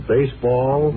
Baseball